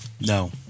No